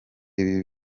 ibi